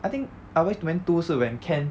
I think ah boys to men two 是 when ken